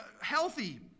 healthy